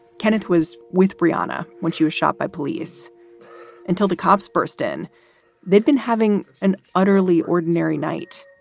kenneth was with brianna when she was shot by police until the cops burst in they'd been having an utterly ordinary night.